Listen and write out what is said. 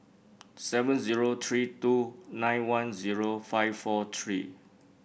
seven zero three two nine one zero five four three